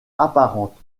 apparente